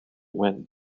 went